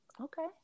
okay